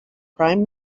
prime